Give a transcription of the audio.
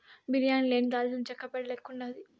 బిర్యానీ లేని దాల్చినచెక్క పేడ లెక్కుండాది